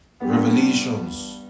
revelations